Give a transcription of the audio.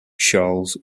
charles